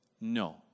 No